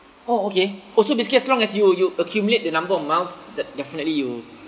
oh okay oh so basically as long as you you accumulate the number of miles de~ definitely you